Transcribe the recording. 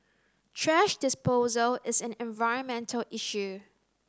thrash disposal is an environmental issue